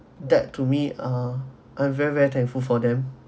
that to me ah I'm very very thankful for them